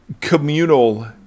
communal